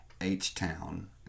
H-Town